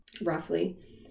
roughly